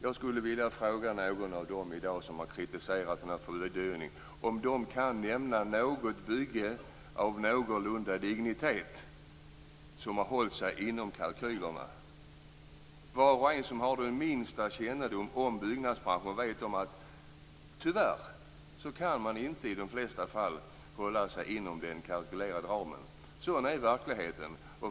Jag skulle vilja fråga någon av dem som i dag har kritiserat den här fördyringen om de kan nämna något bygge av någorlunda dignitet som har hållit sig inom kalkylerna. Var och en som har den minsta kännedom om byggnadsbranschen vet att man i de flesta fall tyvärr inte kan hålla sig inom den kalkylerade ramen. Sådan är verkligheten.